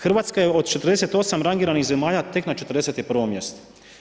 Hrvatska je od 48 rangiranih zemalja, tek na 41 mjestu.